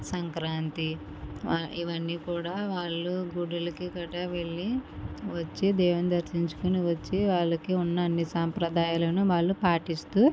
సంక్రాంతి వా ఇవి అన్నీ కూడా వాళ్ళు గుడులకు గట్టా వెళ్ళి వచ్చి దేవుణ్ణి దర్శించుకుని వచ్చి వాళ్ళకీ ఉన్న అన్నీ సంప్రదాయాలను వాళ్ళు పాటిస్తూ